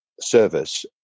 service